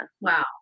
Wow